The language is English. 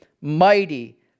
mighty